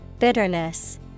Bitterness